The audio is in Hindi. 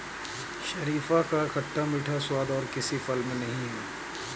शरीफा का खट्टा मीठा स्वाद और किसी फल में नही है